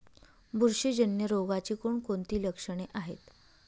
बुरशीजन्य रोगाची कोणकोणती लक्षणे आहेत?